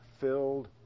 filled